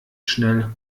schnell